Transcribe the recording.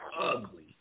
ugly